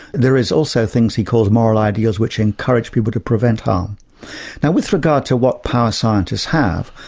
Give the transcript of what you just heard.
there is also things he calls moral ideas which encourage people to prevent um now, with regard to what power scientists have,